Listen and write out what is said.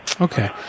Okay